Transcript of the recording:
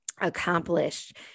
accomplished